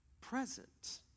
present